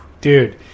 dude